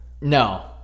No